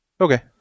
Okay